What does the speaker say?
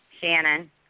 Shannon